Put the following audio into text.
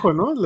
no